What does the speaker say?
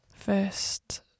first